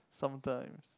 sometimes